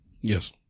Yes